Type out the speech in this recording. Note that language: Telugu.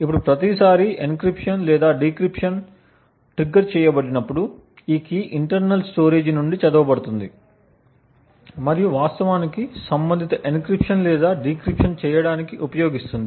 ఇప్పుడు ప్రతిసారీ ఎన్క్రిప్షన్ లేదా డిక్రిప్షన్ ట్రిగ్గర్ చేయబడినప్పుడు ఈ కీ ఇంటర్నల్ స్టోరేజి నుండి చదవబడుతుంది మరియు వాస్తవానికి సంబంధిత ఎన్క్రిప్షన్ లేదా డిక్రిప్షన్ చేయడానికి ఉపయోగిస్తుంది